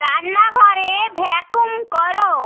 রান্নাঘরে ভ্যাক্যুম করো